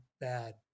bad